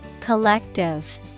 Collective